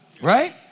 Right